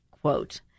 quote